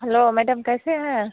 hello madam कैसे हैं